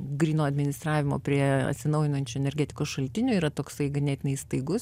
gryno administravimo prie atsinaujinančių energetikos šaltinių yra toksai ganėtinai staigus bet